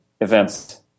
events